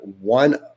one